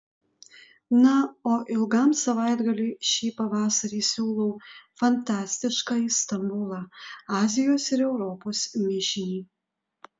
na o ilgam savaitgaliui šį pavasarį siūlau fantastiškąjį stambulą azijos ir europos mišinį